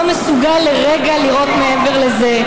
לא מסוגל לרגע לראות מעבר לזה.